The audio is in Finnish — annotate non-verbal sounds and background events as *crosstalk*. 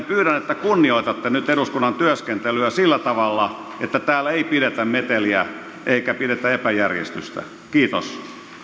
*unintelligible* pyydän että kunnioitatte eduskunnan työskentelyä sillä tavalla että täällä ei pidetä meteliä eikä epäjärjestystä kiitos